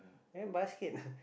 and basket